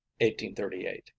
1838